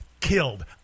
killed